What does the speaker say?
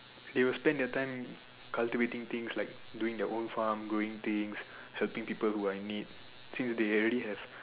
they will spend their time cultivating things like doing their old farm growing things helping people that are in need since they already have